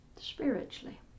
spiritually